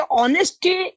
honesty